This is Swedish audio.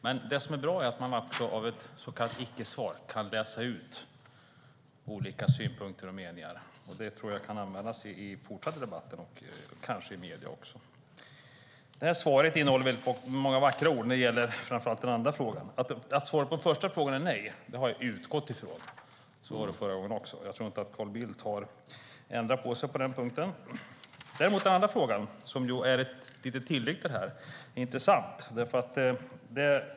Det som dock är bra är att man av ett icke-svar kan läsa ut olika synpunkter och meningar, vilket kan användas i fortsatta debatter och kanske även i medierna. Svaret innehåller många vackra ord, särskilt vad gäller den andra frågan. Att svaret på första frågan skulle bli nej utgick jag från. Så var det förra gången också, och jag tror inte att Carl Bildt har ändrat på sig på den punkten. Det andra svaret är dock intressant.